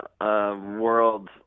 world